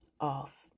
off